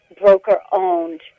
broker-owned